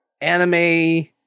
anime